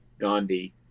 Gandhi